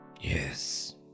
Yes